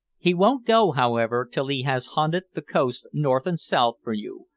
he won't go, however, till he has hunted the coast north and south for you,